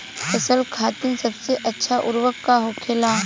फसल खातीन सबसे अच्छा उर्वरक का होखेला?